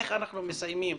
איך אנחנו מסיימים